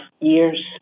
years